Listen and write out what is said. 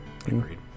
Agreed